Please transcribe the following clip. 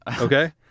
Okay